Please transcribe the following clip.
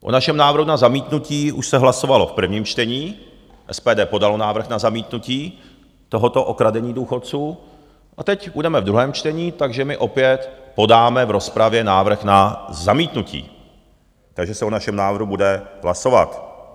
O našem návrhu na zamítnutí už se hlasovalo v prvním čtení, SPD podalo návrh na zamítnutí tohoto okradení důchodců a teď budeme v druhém čtení, takže my opět podáme v rozpravě návrh na zamítnutí, takže se o našem návrhu bude hlasovat.